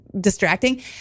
distracting